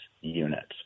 units